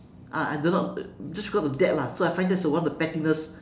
ah I don't know just got to that lah so I find that's one of the pettiness